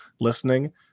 listening